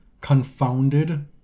confounded